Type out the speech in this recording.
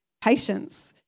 patience